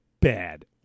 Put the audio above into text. bad